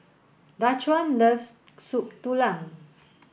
Daquan loves Soup Tulang